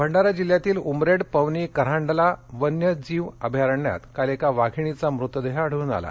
वाघीण भंडारा जिल्ह्यातील उमरेड पवनी कऱ्हांडला वन्यवीज अभयारण्यात काल एका वाधिणीचा मृतदेह आढळून आला